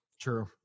True